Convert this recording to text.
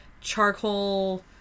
charcoal